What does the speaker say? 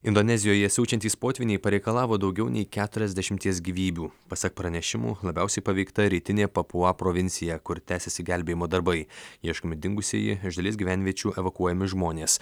indonezijoje siaučiantys potvyniai pareikalavo daugiau nei keturiasdešimties gyvybių pasak pranešimų labiausiai paveikta rytinėje papua provincija kur tęsiasi gelbėjimo darbai ieškomi dingusieji iš dalies gyvenviečių evakuojami žmonės